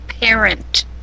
Parent